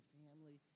family